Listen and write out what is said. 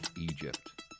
Egypt